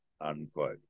Unquote